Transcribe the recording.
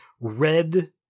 red